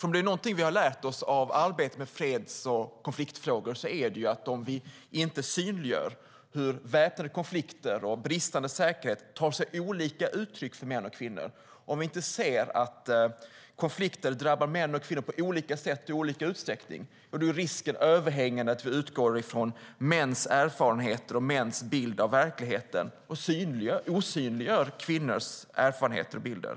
Om det är något vi har lärt oss av arbete med freds och konfliktfrågor är det att om vi inte synliggör hur väpnade konflikter och bristande säkerhet tar sig olika uttryck för män och kvinnor och om vi inte ser att konflikter drabbar män och kvinnor på olika sätt och i olika utsträckning är risken överhängande att vi utgår från mäns erfarenheter och bild av verkligheten och osynliggör kvinnors erfarenheter och bilder.